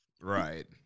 right